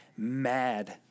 Mad